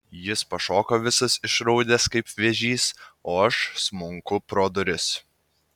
jis pašoka visas išraudęs kaip vėžys o aš smunku pro duris